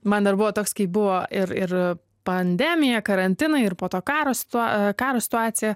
man dar buvo toks kaip buvo ir ir pandemija karantinai ir po to karo situa karo situacija